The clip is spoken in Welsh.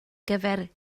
gyfer